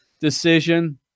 decision